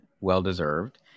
well-deserved